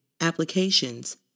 applications